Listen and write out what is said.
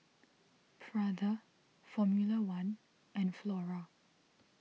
Prada Formula one and Flora